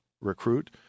recruit